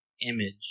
image